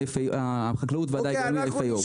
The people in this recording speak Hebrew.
זאת הצעה אחת.